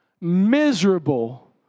miserable